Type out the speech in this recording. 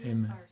Amen